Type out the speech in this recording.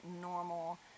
normal